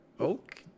Okay